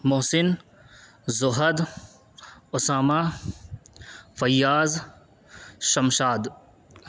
Mohsin Zuhd Osama Fayyaz Shamshad